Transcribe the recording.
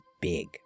big